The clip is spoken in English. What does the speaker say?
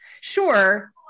Sure